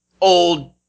old